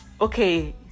okay